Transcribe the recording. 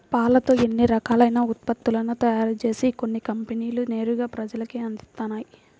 పాలతో ఎన్నో రకాలైన ఉత్పత్తులను తయారుజేసి కొన్ని కంపెనీలు నేరుగా ప్రజలకే అందిత్తన్నయ్